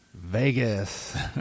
Vegas